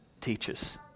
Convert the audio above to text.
teaches